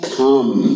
come